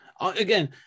Again